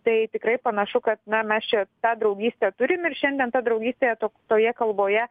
tai tikrai panašu kad na mes čia tą draugystę turim ir šiandien ta draugystė to toje kalboje